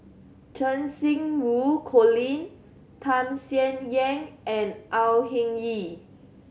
Cheng Xinru Colin Tham Sien Yen and Au Hing Yee